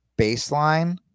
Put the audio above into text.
baseline